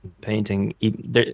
painting